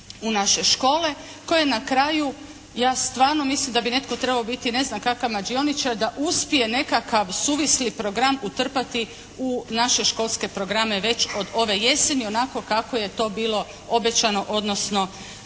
u naše škole koje na kraju ja stvarno mislim da bi netko trebao biti ne znam kakav mađioničar da uspije nekakav suvisli program utrpati u naše školske programe već od ove jeseni onako kako je to bilo obećano odnosno